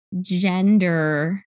gender